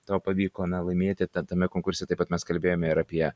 tau pavyko na laimėti tame konkurse taip pat mes kalbėjome ir apie